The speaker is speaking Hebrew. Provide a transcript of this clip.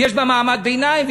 ויש בה מעמד ביניים,